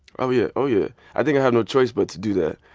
oh, yeah. oh, yeah. i think i have no choice but to do that.